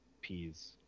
peas